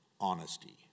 honesty